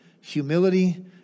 humility